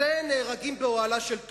זה "נהרגים באוהלה של תורה".